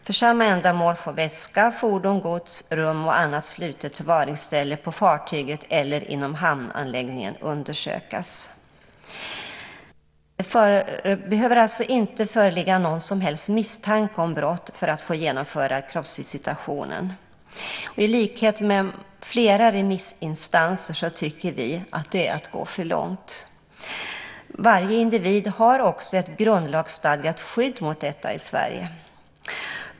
För samma ändamål får väska, fordon, gods, rum och annat slutet förvaringsställe på fartyget eller inom hamnanläggningen undersökas. Det behöver inte föreligga någon som helst misstanke om brott för att få genomföra kroppsvisitationen. I likhet med flera remissinstanser tycker vi att det är att gå för långt. Varje individ har också ett grundlagsstadgat skydd mot detta i Sverige.